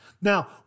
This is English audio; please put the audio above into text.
Now